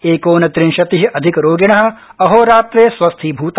एकोनत्रिंशति अधिक रोगिण अहोरात्रे स्वस्थीभूता